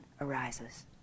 arises